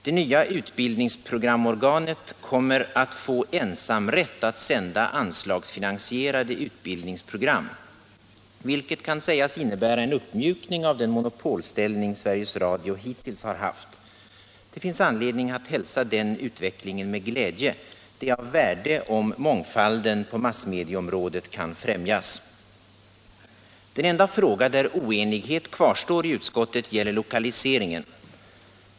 = Det nya utbildningsprogramorganet kommer att få ensamrätt att sända Radio och television anslagsfinansierade utbildningsprogram, något som kan sägas innebära = i utbildningsväsenen uppmjukning av den monopolställning som Sveriges Radio hittills det haft. Det finns anledning att hälsa den utvecklingen med glädje. Det är av värde om mångfalden på massmedieområdet kan främjas. Den enda fråga där oenighet kvarstår i utskottet gäller lokaliseringen.